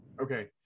Okay